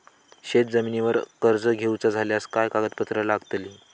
शेत जमिनीवर कर्ज घेऊचा झाल्यास काय कागदपत्र लागतली?